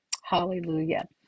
Hallelujah